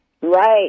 Right